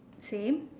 same